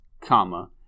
comma